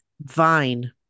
Vine